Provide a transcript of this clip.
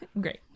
Great